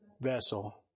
Vessel